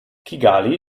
kigali